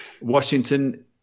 Washington